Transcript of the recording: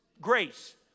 grace